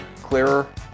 clearer